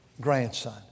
grandson